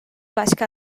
başka